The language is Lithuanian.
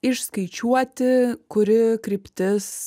išskaičiuoti kuri kryptis